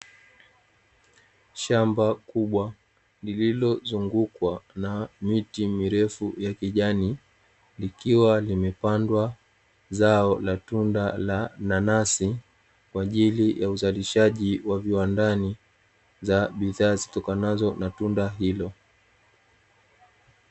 Shamba kubwa lililozungukwa na miti mirefu ya kijani likiwa limepandwa zao la tunda la nanasi, kwa ajili ya uzalishaji wa vindani wa bidhaa zitokanazo na tunda hilo.